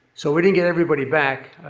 so we didn't get everybody back.